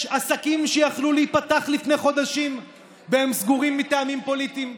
יש עסקים שיכלו להיפתח לפני חודשים והם סגורים מטעמים פוליטיים.